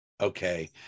okay